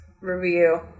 Review